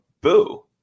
boo